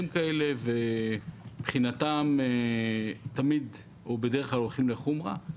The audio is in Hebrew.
כאלה, ומבחינתם תמיד או בדרך כלל הולכים לחומרה.